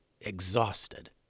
exhausted